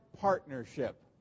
partnership